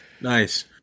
nice